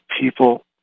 people